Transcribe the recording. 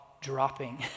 dropping